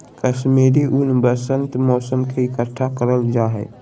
कश्मीरी ऊन वसंत मौसम में इकट्ठा करल जा हय